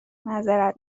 معذرت